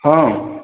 ହଁ